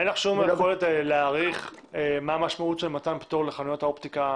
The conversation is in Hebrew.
אין לך שום יכולת להעריך מה המשמעות של מתן פטור לחנויות האופטיקה